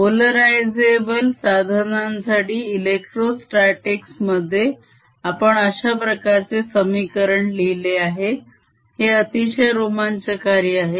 polarizable साधनांसाठी electrostatics मध्ये आपण अश्याप्रकारचे समीकरण लिहिले आहे हे अतिशय रोमाचकारी आहे